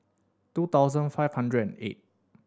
two thousand five hundred and eight